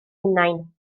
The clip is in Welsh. hunain